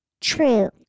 true